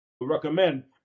recommend